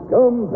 Come